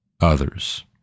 others